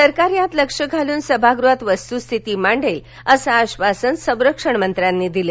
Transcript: सरकार यात लक्ष घालून सभागृहात वस्तूस्थिती मांडेल असं आश्वासन संरक्षणमंत्र्यांनी दिलं